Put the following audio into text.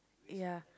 ya